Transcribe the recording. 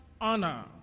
honor